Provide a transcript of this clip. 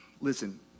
listen